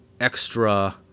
extra